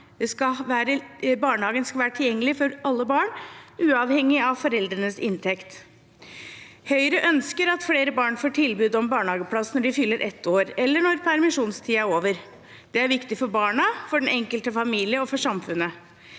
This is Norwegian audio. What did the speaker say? barnehagen skal være tilgjengelig for alle barn, uavhengig av foreldrenes inntekt. Høyre ønsker at flere barn får tilbud om barnehageplass når de fyller ett år, eller når permisjonstiden er over. Det er viktig for barna, for den enkelte familie og for samfunnet.